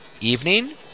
evening